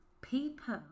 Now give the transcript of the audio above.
people